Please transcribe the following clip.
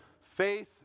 faith